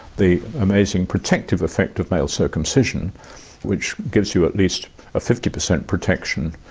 the amazing protective effect of male circumcision which gives you at least a fifty percent protection,